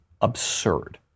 absurd